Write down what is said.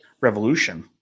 revolution